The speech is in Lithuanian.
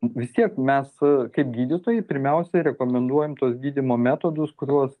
vis tiek mes kaip gydytojai pirmiausia rekomenduojam tuos gydymo metodus kuriuos